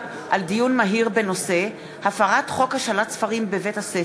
מה בסך הכול ביקשנו, שיוחל על קרן קיימת חוק חופש